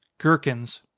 gherkins.